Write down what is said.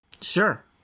sure